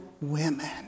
women